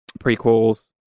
prequels